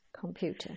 computer